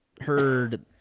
heard